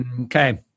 Okay